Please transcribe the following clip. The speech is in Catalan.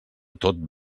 tot